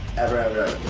ever, ever.